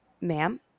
ma'am